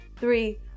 three